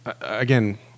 again